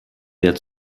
der